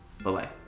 bye-bye